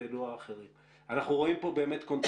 והעלו האחרים אנחנו רואים פה קונסנזוס